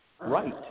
right